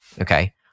Okay